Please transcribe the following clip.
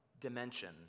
dimension